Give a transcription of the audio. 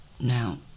Now